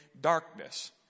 darkness